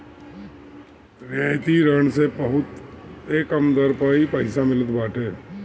रियायती ऋण मे बहुते कम दर पअ पईसा मिलत बाटे